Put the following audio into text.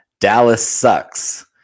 DALLASSUCKS